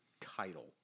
title